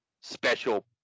special